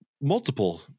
multiple